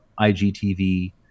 IGTV